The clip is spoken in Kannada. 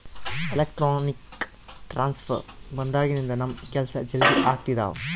ಎಲೆಕ್ಟ್ರಾನಿಕ್ ಟ್ರಾನ್ಸ್ಫರ್ ಬಂದಾಗಿನಿಂದ ನಮ್ ಕೆಲ್ಸ ಜಲ್ದಿ ಆಗ್ತಿದವ